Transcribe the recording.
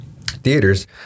theaters